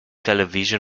television